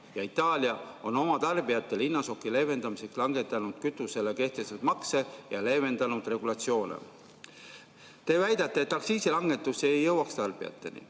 ja Itaalia, on oma tarbijate hinnašoki leevendamiseks langetanud kütusele kehtestatud makse ja leevendanud regulatsiooni. Te väidate, et aktsiisilangetus ei jõuaks tarbijateni.